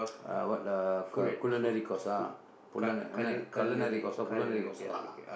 uh what uh culinary course ah புள்ளந என்ன கள்ளநரி:pullana enna kallanari course ah culinary course ah